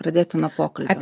pradėkim nuo pokalbio